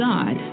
God